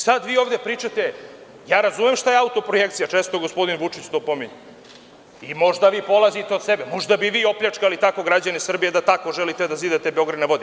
Sada vi ovde pričate, a ja razumem šta je auto-projekcija, često gospodin Vučić to pominje i možda vi polazite od sebe, možda bi vi opljačkali tako građane Srbije da tako želite da zidate „Beograd na vodi“